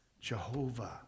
Jehovah